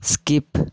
skip